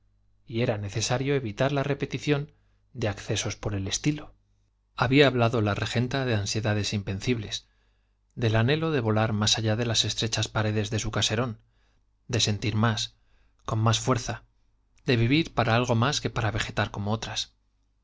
y era necesario evitar la repetición de accesos por el estilo había hablado la regenta de ansiedades invencibles del anhelo de volar más allá de las estrechas paredes de su caserón de sentir más con más fuerza de vivir para algo más que para vegetar como otras